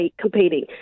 competing